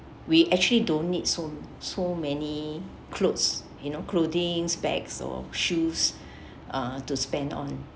we actually don't need so so many clothes you know clothings bags or shoes uh to spend on